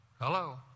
Hello